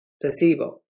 placebo